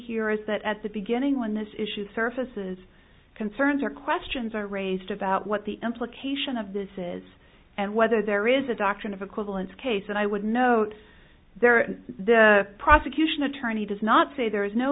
here is that at the beginning when this issue surfaces concerns or questions are raised about what the implication of this is and whether there is a doctrine of equivalence case that i would note there the prosecution attorney does not say there is no